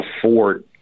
afford